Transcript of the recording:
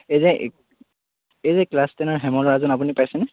এই যে এই যে ক্লাছ টেনৰ হেম ল'ৰাজন আপুনি পাইছেনে